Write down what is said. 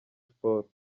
sports